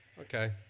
okay